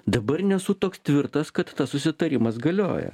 dabar nesu toks tvirtas kad tas susitarimas galioja